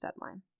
deadline